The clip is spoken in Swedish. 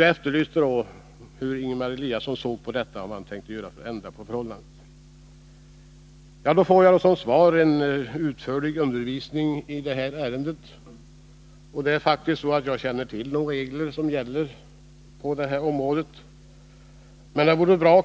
Jag efterlyste ett svar på frågan hur Ingemar Eliasson såg på detta förhållande och vilka åtgärder han ämnade vidta för att ändra på det. Som svar får jag nu en utförlig undervisning om vilka regler som gäller på det här området. Det är faktiskt så att jag känner till dessa regler. Men det vore bra